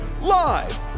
Live